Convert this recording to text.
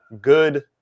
good